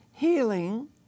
Healing